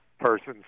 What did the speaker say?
person's